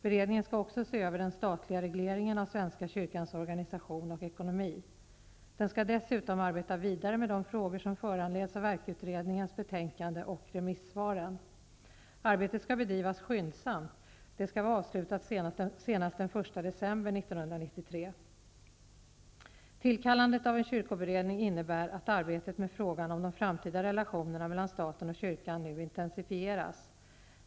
Beredningen skall också se över den statliga regleringen av svenska kyrkans organisation och ekonomi. Den skall dessutom arbeta vidare med de frågor som föranleds av ERK utredningens betänkande och remissvaren. Arbetet skall bedrivas skyndsamt. Det skall vara avslutat senast den 1 december 1993. Tillkallandet av en kyrkoberedning innebär att arbetet med frågan om de framtida relationerna mellan staten och kyrkan nu intensifieras.